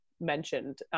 mentioned